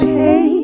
hey